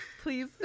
please